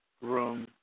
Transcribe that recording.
room